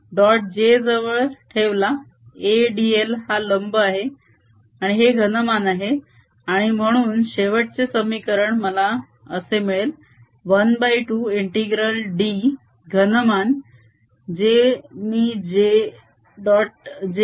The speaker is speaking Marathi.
डॉट j जवळ ठेवला a dl हा लंब आहे आणि हे घनमान आहे आणि म्हणून शेवटचे समीकरण मला असे मिळेल ½ ∫d घनमान जे मी j r